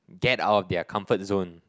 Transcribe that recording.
get out of their comfort zone